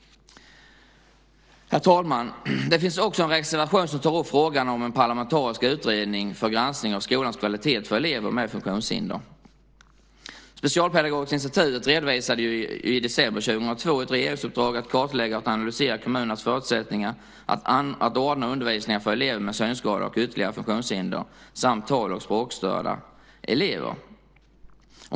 Herr talman! Det finns också en reservation där man tar upp frågan om en parlamentarisk utredning för granskning av skolans kvalitet för elever med funktionshinder. Specialpedagogiska institutet redovisade i december 2002 ett regeringsuppdrag att kartlägga och analysera kommunernas förutsättningar att ordna undervisning för elever med synskada och ytterligare funktionshinder samt tal och språkstörda elever.